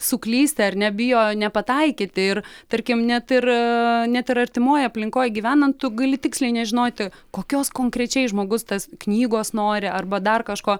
suklysti ar ne bijo nepataikyti ir tarkim net ir net ir artimoj aplinkoj gyvenant tu gali tiksliai nežinoti kokios konkrečiai žmogus tas knygos nori arba dar kažko